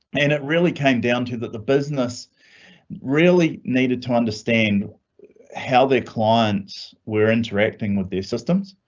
and it really came down to the the business really needed to understand how their clients were interacting with their systems,